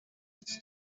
its